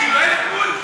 כאילו, אין גבול?